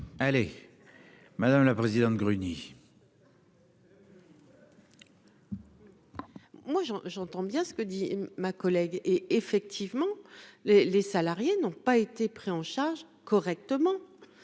Allez, madame la présidente Gruny. Moi, j'entends bien ce que dit ma collègue et effectivement les les salariés n'ont pas été pris en charge correctement,